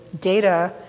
data